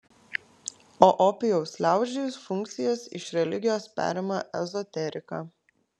o opijaus liaudžiai funkcijas iš religijos perima ezoterika